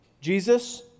Jesus